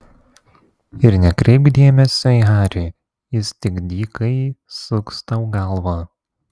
ir nekreipk dėmesio į harį jis tik dykai suks tau galvą